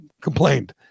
complained